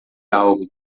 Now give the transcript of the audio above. algo